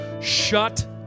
shut